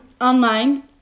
online